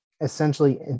essentially